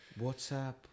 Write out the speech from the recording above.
WhatsApp